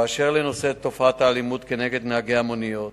אשר לתופעת האלימות נגד נהגי המוניות,